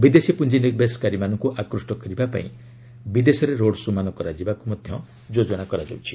ବିଦେଶୀ ପୁଞ୍ଜିନିବେଶକାରୀମାନଙ୍କୁ ଆକୁଷ୍ଟ କରିବା ପାଇଁ ବିଦେଶରେ ରୋଡଶୋ ମାନ କରାଯିବାର ମଧ୍ୟ ଯୋଜନା କରାଯାଉଛି